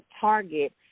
target